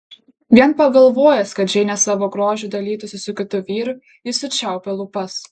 vien pagalvojęs kad džeinė savo grožiu dalytųsi su kitu vyru jis sučiaupė lūpas